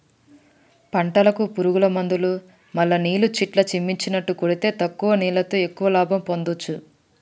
పంటలకు పురుగుల మందులు మల్ల నీళ్లు ఇట్లా చిమ్మిచినట్టు కొడితే తక్కువ నీళ్లతో ఎక్కువ లాభం పొందొచ్చు